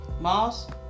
Moss